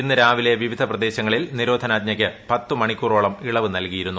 ഇന്ന് രാവിലെ വിവിധ പ്രദേശങ്ങളിൽ നിരോധനാജ്ഞയും പത്ത് മണിക്കൂറോളം ഇളവ് നൽകിയിരുന്നു